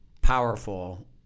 powerful